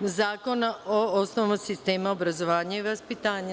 zakona o osnovama sistema obrazovanja i vaspitanja.